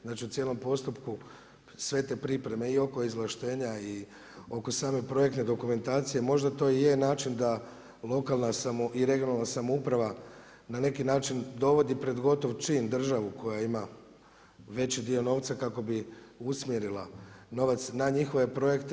Znači u cijelom postupku, sve te pripreme i oko izvlaštenja i oko same projekte dokumentacije, možda to i je način da lokalna i regionalna samouprava na neki način dovodi pred gotov čin, državu koja ima veći dio novca kako bi usmjerila novac na njihove projekte.